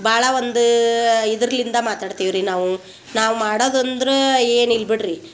ಭಾಳ ಒಂದು ಇದ್ರ್ಲಿಂದ ಮಾತಾಡ್ತೀವಿ ರೀ ನಾವು ನಾವು ಮಾಡದೊಂದ್ರ ಏನಿಲ್ಲ ಬಿಡ್ರಿ